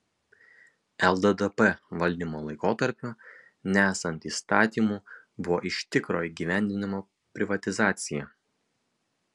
lddp valdymo laikotarpiu nesant įstatymų buvo iš tikro įgyvendinama privatizacija